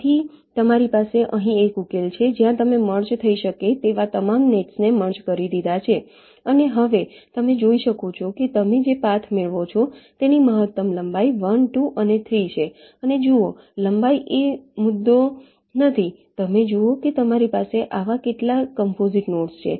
તેથી તમારી પાસે અહીં એક ઉકેલ છે જ્યાં તમે મર્જ થઈ શકે તેવા તમામ નેટ્સ મર્જ કરી દીધા છે અને હવે તમે જોઈ શકો છો કે તમે જે પાથ મેળવો છો તેની મહત્તમ લંબાઈ 1 2 અને 3 છે અને જુઓ લંબાઈ એ મુદ્દો નથી તમે જુઓ કે તમારી પાસે આવા કેટલા કોમ્પોસીટ નોડ્સ છે